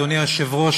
אדוני היושב-ראש,